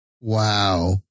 Wow